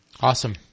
Awesome